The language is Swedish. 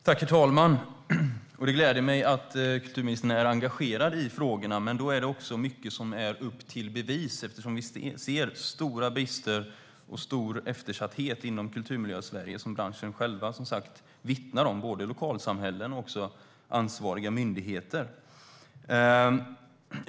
Herr talman! Det gläder mig att kulturministern är engagerad i frågorna. Men det är också mycket som är upp till bevis. Vi ser stora brister och stor eftersatthet inom Kulturmiljösverige. Det är något som branschen själv vittnar om både i lokalsamhällen och från ansvariga myndigheter.